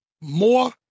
more